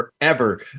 forever